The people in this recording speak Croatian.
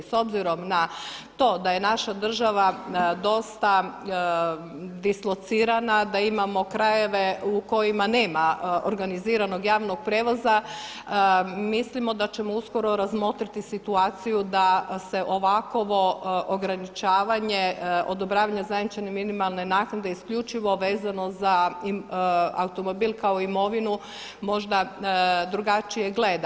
S obzirom na to da je naša država dosta dislocirana, da imamo krajeve u kojima nema organiziranog javnog prijevoza mislimo da ćemo uskoro razmotriti situaciju da se ovakvo ograničavanje odobravanja zajamčene minimalne naknade isključivo vezano za automobil kao imovinu možda drugačije gleda.